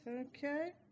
Okay